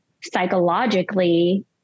psychologically